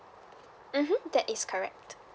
mmhmm that is correct